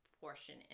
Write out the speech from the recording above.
portion